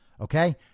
Okay